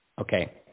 okay